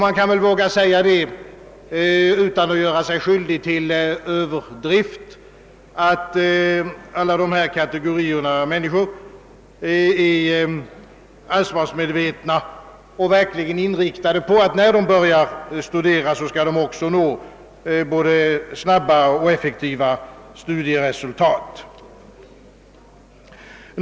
Man kan väl utan att göra sig skyldig till överdrift våga påstå, att alla dessa kategorier av människor är ansvarsmedvetna och verkligen inriktade på att de när de börjar studera även skall nå både snabba och effektiva studieresultat.